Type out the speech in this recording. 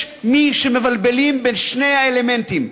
יש מי שמבלבלים בין שני האלמנטים,